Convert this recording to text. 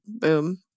Boom